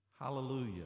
Hallelujah